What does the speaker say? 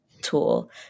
tool